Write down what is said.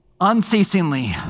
unceasingly